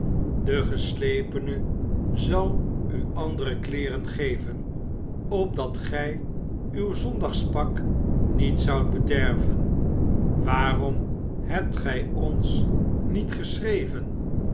de geslepene zal u andere kleeren geven opdat gij uw zondagspak niet zoudt bederven waarom hebt gij ons niet geschreven